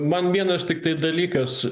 man vienas tiktai dalykas